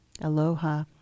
Aloha